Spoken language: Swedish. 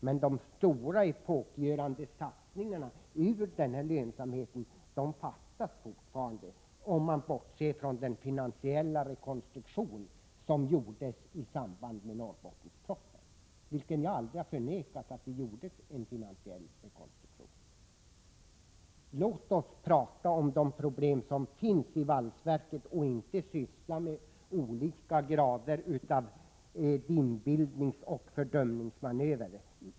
Men de stora epokgörande satsningarna till följd av denna lönsamhet fattas fortfarande — om man bortser från den finansiella rekonstruktion som gjordes i samband med Norrbottenspropositionen och som jag aldrig har förnekat. Låt oss prata om de problem som finns i valsverket och inte syssla med olika dimbildningsoch fördömningsmanövrer.